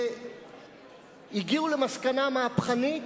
והגיעו למסקנה מהפכנית,